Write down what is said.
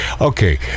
Okay